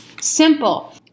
simple